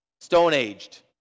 stone-aged